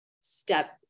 step